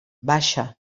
baixa